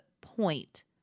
point